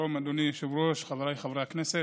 שלום, אדוני היושב-ראש, חבריי חברי הכנסת.